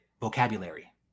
vocabulary